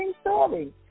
story